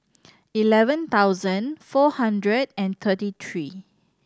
eleven thousand four hundred and thirty three